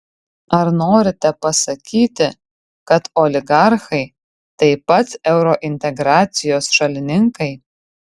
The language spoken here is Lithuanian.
ar norite pasakyti kad oligarchai taip pat eurointegracijos šalininkai